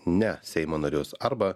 ne seimo narius arba